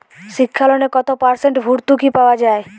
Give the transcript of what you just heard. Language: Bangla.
শিক্ষা লোনে কত পার্সেন্ট ভূর্তুকি পাওয়া য়ায়?